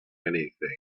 anything